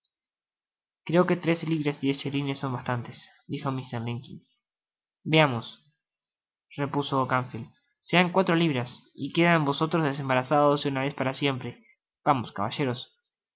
creo que tres libras diez chelines son bastantes dijo mr limbkins vamos repuso gamfield sean cuatro libras y quedan vds desembarazados de una vez para siempre